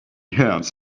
hens